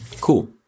Cool